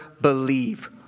believe